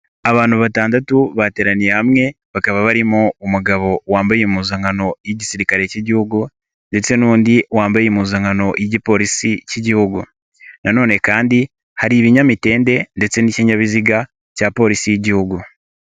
Abantu batandatu bateraniye hamwe bakaba barimo umugabo wambaye impuzankano y'igisirikare cy'igihugu ndetse n'undi wambaye impuzankano y'igipolisi cy'igihugu. Na none kandi hari ibinyamitende ndetse n'ikinyabiziga cya polisi y'igihugu